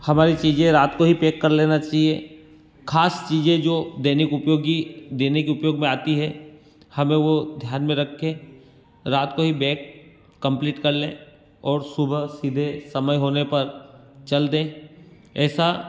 हमारी चीजें रात को ही पैक कर लेना चाहिए ख़ास चीजें जो दैनिक उपयोगी दैनिक उपयोग में आती हैं हमें वो ध्यान में रख कर रात को ही बैग कम्पलीट कर लें और सुबह सीधे समय होने पर चल दें ऐसा